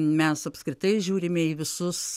mes apskritai žiūrime į visus